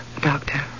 Doctor